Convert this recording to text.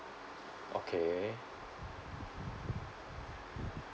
okay